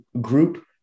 group